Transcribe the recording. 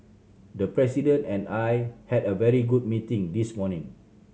the President and I had a very good meeting this morning